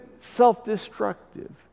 self-destructive